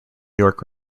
york